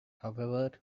however